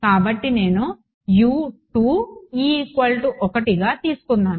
కాబట్టి నేను గా తీసుకున్నాను